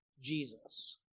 Jesus